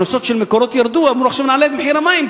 הממשלה שלנו לא העלתה את מחיר המים,